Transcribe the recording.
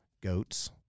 Goats